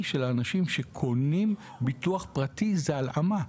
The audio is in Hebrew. של האנשים שקונים ביטוח פרטי זאת הלאמה,